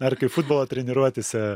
ar kai futbolo treniruotėse